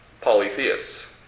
polytheists